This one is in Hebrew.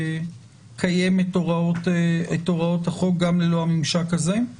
לקיים את הוראות החוק גם ללא הממשק הזה?